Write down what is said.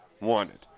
wanted